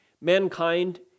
Mankind